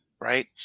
Right